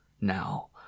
now